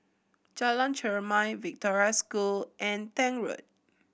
Jalan Chermai Victoria School and Tank Road